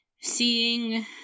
seeing